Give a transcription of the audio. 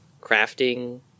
crafting